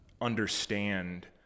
understand